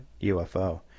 UFO